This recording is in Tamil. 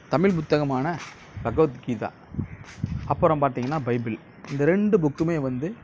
தமிழ் புத்தகமான பகவத்கீதை அப்புறம் பார்த்தீங்கன்னா பைபிள் இந்த ரெண்டு புக்குமே வந்து